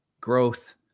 growth